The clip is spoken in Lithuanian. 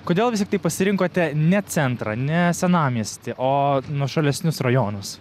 kodėl vis tiktai pasirinkote ne centrą ne senamiestį o nuošalesnius rajonus